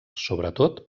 sobretot